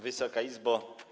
Wysoka Izbo!